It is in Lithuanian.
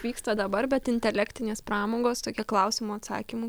vyksta dabar bet intelektinės pramogos tokia klausimų atsakymų